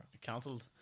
cancelled